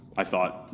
i thought,